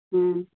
ᱦᱮᱸ